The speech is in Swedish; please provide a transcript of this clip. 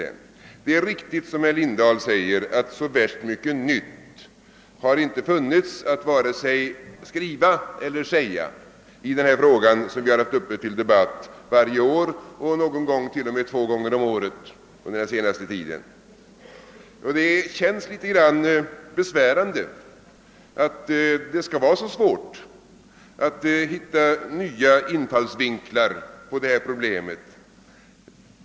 Det är riktigt som herr Lindahl säger att så värst mycket nytt har det inte funnits att vare sig skriva eller säga i denna fråga som vi haft uppe till debatt varje år, någon gång t.o.m. två gånger om året under den senaste tiden. Det känns litet besvärande att det skall vara så svårt att hitta nya infallsvinklar på det här problemet.